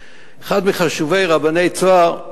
אחד מחשובי רבני "צהר",